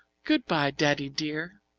goodbye, daddy dear,